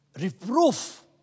reproof